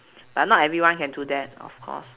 but not everyone can do that of course